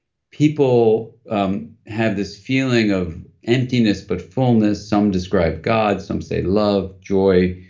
people um have this feeling of emptiness but fullness. some describe god, some say love, joy,